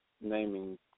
naming